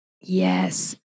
Yes